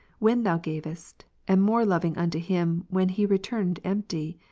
when thou gavest, and more loving unto him, when he returned empty.